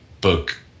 book